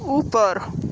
ऊपर